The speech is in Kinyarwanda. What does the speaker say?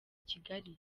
kigali